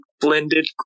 blended